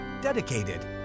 dedicated